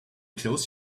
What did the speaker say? close